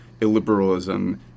illiberalism